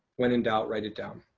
when in doubt, write it down